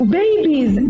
babies